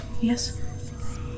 Yes